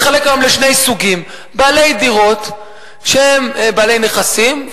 השוק מתחלק היום לשני סוגים: בעלי דירות שהם בעלי נכסים,